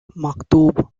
maktub